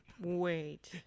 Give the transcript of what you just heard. Wait